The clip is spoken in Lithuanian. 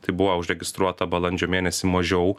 tai buvo užregistruota balandžio mėnesį mažiau